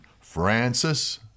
Francis